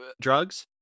drugs